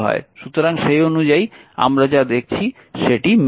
সুতরাং সেই অনুযায়ী আমরা যা দেখছি সেটি মিলছে